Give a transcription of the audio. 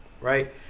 right